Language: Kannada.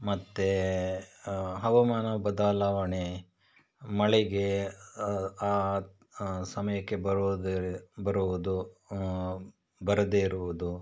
ಮತ್ತು ಹವಾಮಾನ ಬದಲಾವಣೆ ಮಳೆಗೆ ಆ ಸಮಯಕ್ಕೆ ಬರುವುದರಿ ಬರುವುದು ಬರದೇ ಇರುವುದು